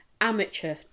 amateur